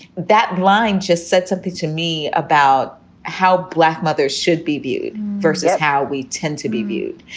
that line just said something to me about how black mothers should be viewed versus how we tend to be viewed.